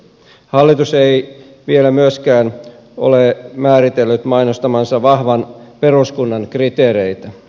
hallitus ei vielä myöskään ole määritellyt mainostamansa vahvan peruskunnan kriteereitä